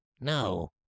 No